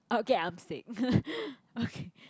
okay I'm sick okay